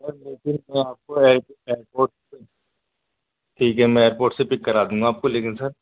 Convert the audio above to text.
سر دیکھیے میں آپ کو ایئرپورٹ سے ٹھیک ہے میں ایئرپورٹ سے پک کرا دوں گا آپ کو لیکن سر